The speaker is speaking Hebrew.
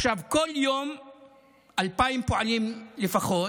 עכשיו, בכל יום 2,000 פועלים לפחות,